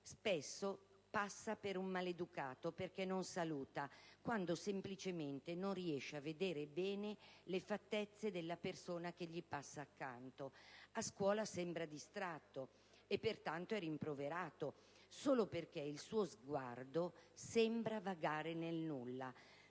Spesso passa per un maleducato perché non saluta, quando semplicemente non riesce a vedere bene le fattezze della persona che gli passa accanto. A scuola sembra distratto - e pertanto rimproverato - solo perché il suo sguardo sembra vagare nel nulla.